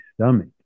stomach